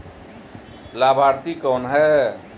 लाभार्थी कौन है?